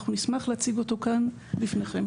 אנחנו נשמח להציג אותו כאן לפניכם.